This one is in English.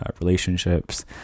relationships